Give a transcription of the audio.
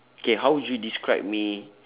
okay how would you describe me